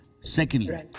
secondly